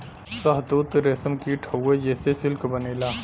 शहतूत रेशम कीट हउवे जेसे सिल्क बनेला